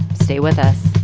stay with us